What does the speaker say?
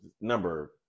number